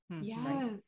Yes